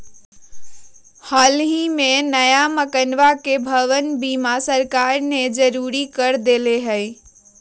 हल ही में नया मकनवा के भवन बीमा सरकार ने जरुरी कर देले है